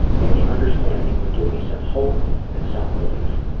maybe understanding would give me some hope and some relief.